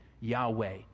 Yahweh